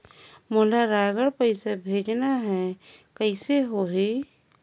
मोला रायगढ़ पइसा भेजना हैं, कइसे होही?